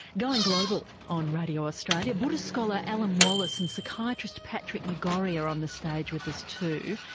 going global on radio australia. buddhist scholar alan wallace and psychiatrist patrick mcgorry are on the stage with us too,